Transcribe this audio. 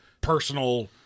personal